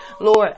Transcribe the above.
Lord